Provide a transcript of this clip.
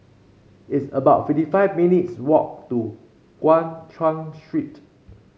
it's about fifty five minutes' walk to Guan Chuan Street